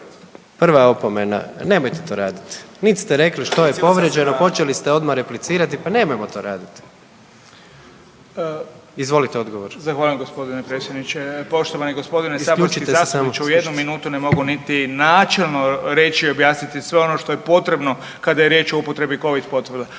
prva opomena. Nemojte to radit nit ste rekli što je povrijeđeno, počeli ste odmah replicirati, pa nemojmo to radit. Izvolite odgovor. **Beroš, Vili (HDZ)** Zahvaljujem g. predsjedniče. Poštovani g. saborski zastupniče. U jednu minutu ne mogu niti načelno reći i objasniti sve ono što je potrebno kada je riječ o upotrebi covid potvrda,